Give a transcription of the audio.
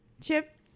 Chip